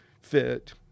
fit